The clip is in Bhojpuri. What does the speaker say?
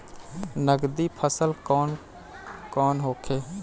नकदी फसल कौन कौनहोखे?